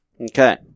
Okay